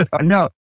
No